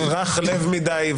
רך לב מדי,